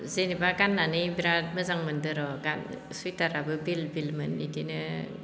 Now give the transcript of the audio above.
जेनेबा गाननानै बिराद मोजां मोन्दोर' दा सुइटाराबो बिल बिलमोन इदिनो